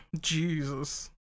Jesus